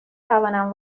توانم